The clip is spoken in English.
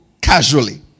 casually